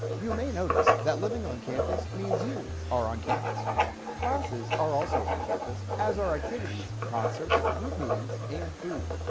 you may notice that living on campus means you are on campus classes are also on campus as our activities concerts group meetings and food.